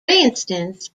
instance